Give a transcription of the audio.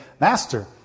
Master